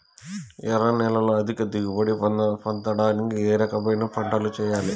ఎర్ర నేలలో అధిక దిగుబడి పొందడానికి ఏ రకమైన పంటలు చేయాలి?